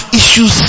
issues